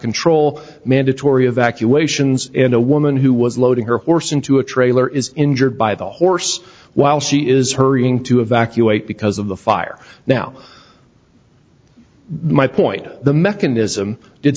control mandatory evacuations and a woman who was loading her horse into a trailer is injured by the horse while she is hurrying to evacuate because of the fire now my point the mechanism did